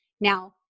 Now